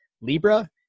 Libra